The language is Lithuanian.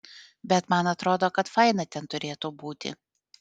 bet man atrodo kad faina ten turėtų būti